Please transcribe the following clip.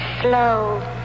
slow